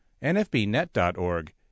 nfbnet.org